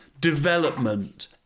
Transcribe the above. development